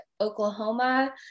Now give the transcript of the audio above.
Oklahoma